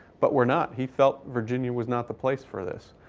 but we're not. he felt virginia was not the place for this.